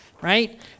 right